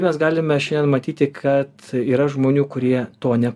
mes galime šiandien matyti kad yra žmonių kurie to ne